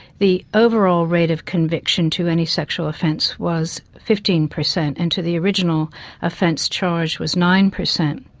the overall rate of conviction to any sexual offence was fifteen per cent, and to the original offence charge was nine per cent.